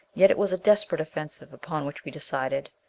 yet it was a desperate offensive upon which we decided!